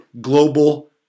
global